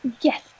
yes